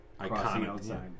Iconic